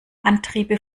antriebe